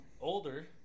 older